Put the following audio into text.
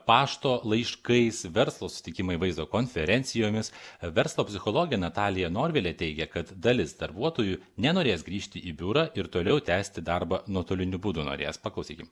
pašto laiškais verslo susitikimai vaizdo konferencijomis verslo psichologė natalija norvilė teigia kad dalis darbuotojų nenorės grįžti į biurą ir toliau tęsti darbą nuotoliniu būdu norvilės paklausykim